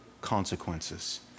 consequences